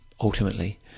ultimately